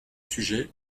sujets